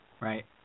right